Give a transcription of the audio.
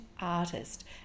artist